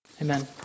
Amen